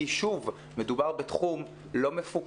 כי שוב מדובר בתחום לא מפוקח,